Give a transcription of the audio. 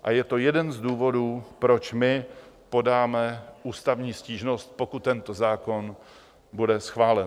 A je to jeden z důvodů, proč my podáme ústavní stížnost, pokud tento zákon bude schválen.